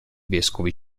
vescovi